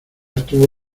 estuvo